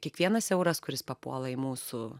kiekvienas euras kuris papuola į mūsų